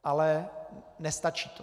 Ale nestačí to.